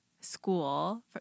school